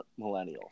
millennials